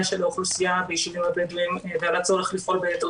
של האוכלוסייה בישובים הבדואים ועל הצורך לפעול ביתר